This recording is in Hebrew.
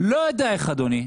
לא יודע איך אדוני,